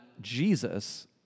Jesus